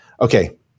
okay